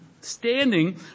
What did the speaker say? standing